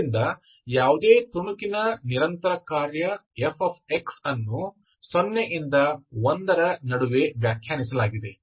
ಆದ್ದರಿಂದ ಯಾವುದೇ ತುಣುಕಿನ ನಿರಂತರ ಕಾರ್ಯ f ಅನ್ನು 0 ರಿಂದ 1 ರ ನಡುವೆ ವ್ಯಾಖ್ಯಾನಿಸಲಾಗಿದೆ